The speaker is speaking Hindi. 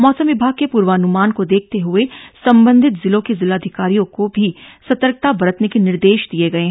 मौसम विभाग के पूर्वानुमान को देखते हुए संबंधित जिलों के जिलाधिकारियों को भी सतर्कता बरतने के निर्देश दिए गए हैं